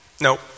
Nope